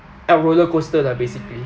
uh rollercoaster lah basically